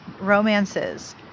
romances